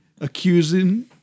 accusing